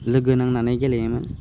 लोगो नांनानै गेलेयोमोन